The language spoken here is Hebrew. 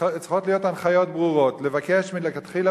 וצריכות להיות הנחיות ברורות: לבקש מלכתחילה